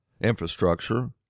infrastructure